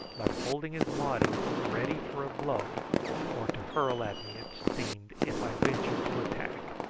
but holding his waddy ready for a blow or to hurl at me, it seemed, if i ventured to attack.